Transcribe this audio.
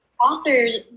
authors